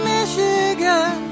Michigan